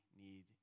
need